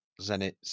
Zenit